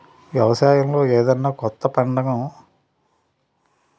వ్యవసాయంలో ఏదన్నా కొత్త వంగడం కనుక్కుంటే దానిపై పేటెంట్ హక్కు పొందాలి